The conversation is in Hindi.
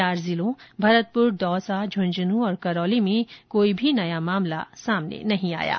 चार जिलों भरतपुर दौसा झुंझुनूं और करौली में कोई भी नया मामला सामने नहीं आया है